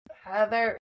Heather